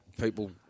people